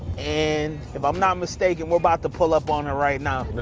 and if i'm not mistaken, we're about to pull up on her right now.